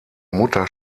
mutter